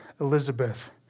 Elizabeth